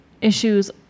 issues